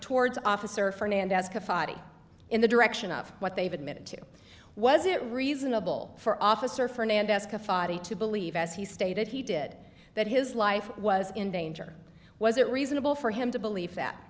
towards officer fernandez in the direction of what they've admitted to was it reasonable for officer fernandez to believe as he stated he did that his life was in danger was it reasonable for him to believe that